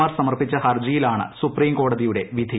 മാർ സമർപ്പിച്ച ഹർജിയിലാണ് സുപ്രീം കോടതിയുടെ വിധി